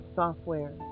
software